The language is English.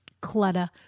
clutter